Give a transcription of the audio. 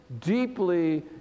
deeply